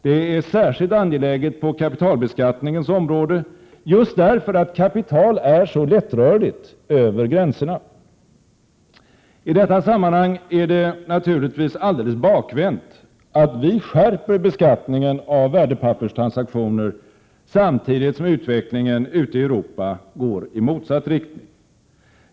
Det är särskilt angeläget på kapitalbeskattningens område, just därför att kapital är så lättrörligt över gränserna. I detta sammanhang är det naturligtvis alldeles bakvänt att vi skärper beskattningen av värdepapperstransaktioner samtidigt som utvecklingen ute i Europa går i motsatt riktning.